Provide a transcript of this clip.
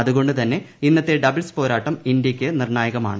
അതുകൊണ്ടുതന്നെ ഇന്നത്തെ ഡബിൾസ് പോരാട്ടം ഇന്ത്യക്ക് നിർണായകമാണ്